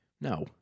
No